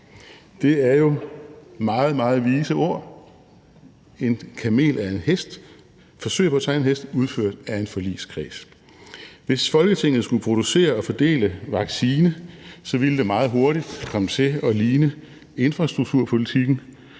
Det er jo meget, meget vise ord: En kamel er et forsøg på at tegne en hest udført af en forligskreds. Hvis Folketinget skulle producere og fordele vaccine, ville det meget hurtigt komme til at ligne infrastrukturpolitikken: